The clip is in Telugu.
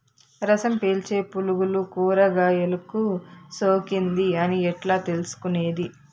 రసం పీల్చే పులుగులు కూరగాయలు కు సోకింది అని ఎట్లా తెలుసుకునేది?